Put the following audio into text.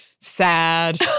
sad